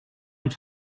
und